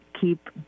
keep